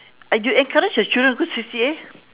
and you encourage your children to go C_C_A